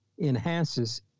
enhances